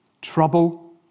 Trouble